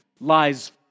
lies